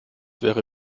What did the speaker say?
wäre